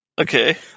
Okay